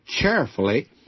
carefully